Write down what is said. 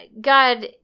God